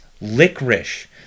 licorice